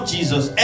Jesus